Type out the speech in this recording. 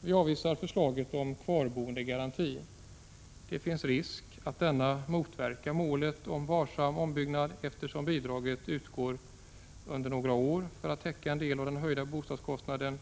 Vi avvisar förslaget om kvarboendegaranti. Det finns risk att denna motverkar målet om varsam ombyggnad, eftersom bidrag utgår under några år för att täcka en del av den höjda bostadskostnaden.